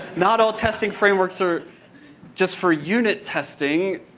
not all testing frameworks are just for unit testing.